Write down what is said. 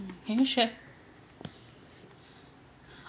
mm can you share